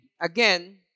again